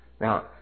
Now